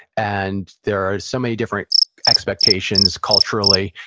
and there are so many different expectations culturally,